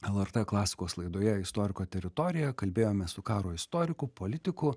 lrt klasikos laidoje istoriko teritorija kalbėjome su karo istoriku politiku